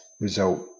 result